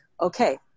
okay